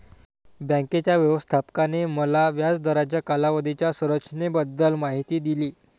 बँकेच्या व्यवस्थापकाने मला व्याज दराच्या कालावधीच्या संरचनेबद्दल माहिती दिली